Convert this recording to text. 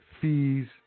fees